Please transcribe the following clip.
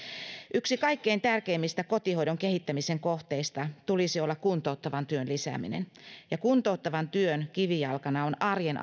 yksi kaikkein tärkeimmistä kotihoidon kehittämisen kohteista tulisi olla kuntouttavan työn lisääminen ja kuntouttavan työn kivijalkana on arjen